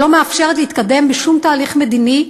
שלא מאפשרת להתקדם בשום תהליך מדיני,